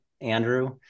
Andrew